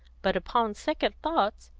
but, upon second thoughts,